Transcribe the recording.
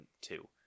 two